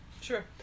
Sure